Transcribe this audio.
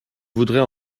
voudrais